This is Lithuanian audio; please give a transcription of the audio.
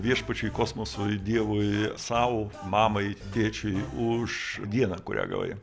viešpačiui kosmosui dievui sau mamai tėčiui už dieną kurią gavai